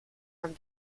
and